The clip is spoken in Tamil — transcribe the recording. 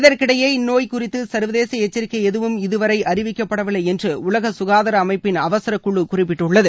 இதற்கிடையே இந்நோய் குறித்து சர்வதேச எச்சரிக்கை எதுவும் இதுவரை அறிவிக்கப்படவில்லை என்று உலக சுகாதார அமைப்பின் அவசர குழு குறிப்பிட்டுள்ளது